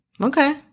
Okay